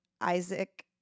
Isaac